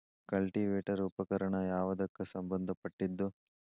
Cultivator ಉಪಕರಣ ಯಾವದಕ್ಕ ಸಂಬಂಧ ಪಟ್ಟಿದ್ದು?